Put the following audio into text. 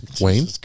Wayne